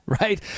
right